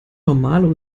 normalo